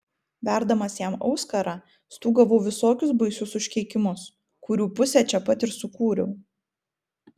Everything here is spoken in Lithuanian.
verdamas jam auskarą stūgavau visokius baisius užkeikimus kurių pusę čia pat ir sukūriau